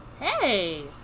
Hey